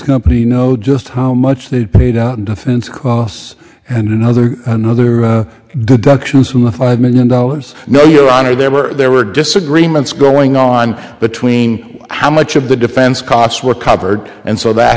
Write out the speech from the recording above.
company you know just how much they paid out in defense costs and another another deductions from the five million dollars no your honor there were there were disagreements going on between how much of the defense costs were covered and so that